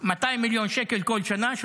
200 מיליון שקל כל שנה,